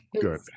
Good